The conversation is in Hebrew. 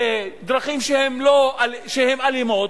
ודרכים שהן אלימות,